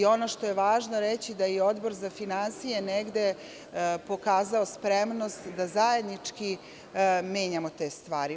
Ono što je važno reći je da je Odbor za finansije negde pokazao spremnost da zajednički menjamo te stvari.